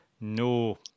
No